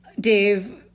Dave